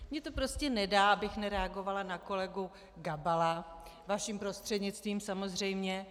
Mně to prostě nedá, abych nereagovala na kolegu Gabala, vaším prostřednictvím, samozřejmě.